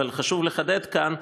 אבל חשוב לחדד כאן,